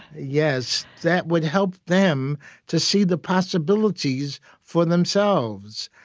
yes. that would help them to see the possibilities for themselves.